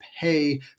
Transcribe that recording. pay